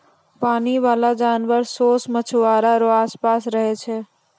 पानी बाला जानवर सोस मछुआरा रो आस पास रहै छै